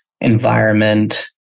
environment